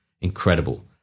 Incredible